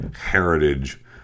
heritage